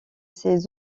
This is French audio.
ses